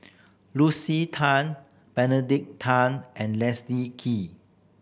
Lucy Tan Benedict Tan and Leslie Kee